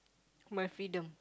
my freedom